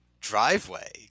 driveway